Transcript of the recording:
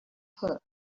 her